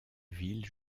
ville